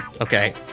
okay